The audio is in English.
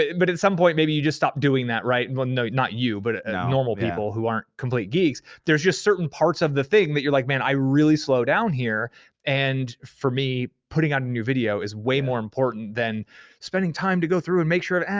and but at some point, maybe you just stop doing that, right? and well no, not you, but normal people who aren't complete geeks. there's just certain parts of the thing that you're like, man, i really slow down here and for me, putting out a new video is way more important than spending time to go through and make sure, ah, and